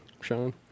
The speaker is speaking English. Sean